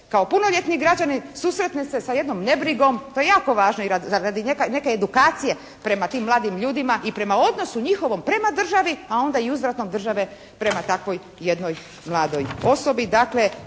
kao punoljetni građanin susretne se sa jednom nebrigom, to je jako važno i radi neke edukacije i prema tim mladim ljudima i prema odnosu njihovom prema državi, a onda i uzvratom države prema takvoj jednoj maloj osobi.